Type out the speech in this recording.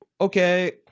Okay